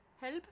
help